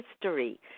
history